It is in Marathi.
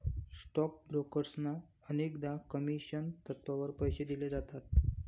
स्टॉक ब्रोकर्सना अनेकदा कमिशन तत्त्वावर पैसे दिले जातात